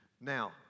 Now